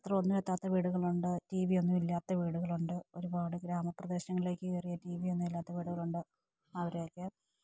പത്രമൊന്നും എത്താത്ത വീടുകളുണ്ട് ടി വിയൊന്നും ഇല്ലാത്ത വീടുകളുണ്ട് ഒരുപാട് ഗ്രാമപ്രദേശങ്ങളിലേക്കു കയറിയാല് ടി വിയൊന്നും ഇല്ലാത്ത വീടുകളുണ്ട് അവരെയൊക്കെ